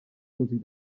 così